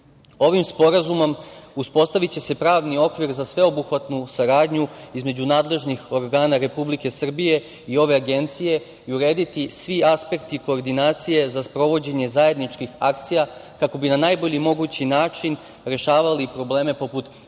Sporazumom uspostaviće se pravni okvir za sveobuhvatnu saradnju između nadležnih organa Republike Srbije i ove Agencije i urediti svi aspekti koordinacije za sprovođenje zajedničkih akcija, kako bi na najbolji mogući način rešavali probleme poput ilegalnih